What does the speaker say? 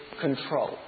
control